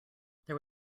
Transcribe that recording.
there